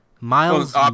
miles